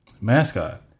mascot